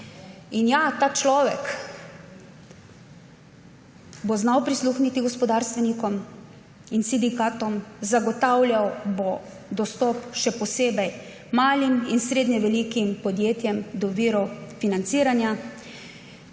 In ja, ta človek bo znal prisluhniti gospodarstvenikom in sindikatom, zagotavljal bo dostop še posebej malim in srednje velikim podjetjem do virov financiranja,